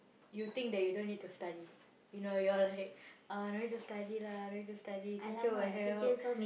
you think that you don't need to study you know you're like uh no need to study lah no need to study teacher will help